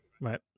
Right